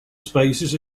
spaces